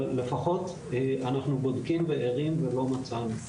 אבל לפחות אנחנו בודקים וערים ולא מצאנו.